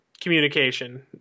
communication